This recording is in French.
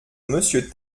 monsieur